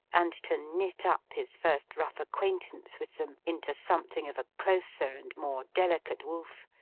and to knit up his first rough acquaintance with them into something of a closer and more delicate woof,